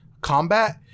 combat